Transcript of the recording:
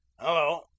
Hello